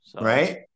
Right